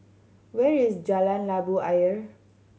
where is Jalan Labu Ayer